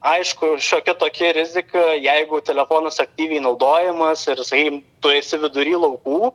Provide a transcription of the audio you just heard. aišku šiokia tokia rizika jeigu telefonas aktyviai naudojamas ir jisai tu esi vidury laukų